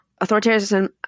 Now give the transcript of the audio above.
authoritarianism